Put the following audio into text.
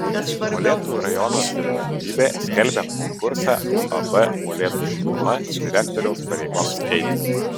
molėtų rajono savivaldybė skelbia konkursą uab molėtų šiluma direktoriaus pareigoms eiti